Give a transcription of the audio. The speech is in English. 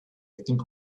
think